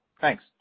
Thanks